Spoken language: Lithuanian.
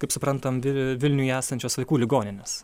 kaip suprantam vi vilniuje esančios vaikų ligoninės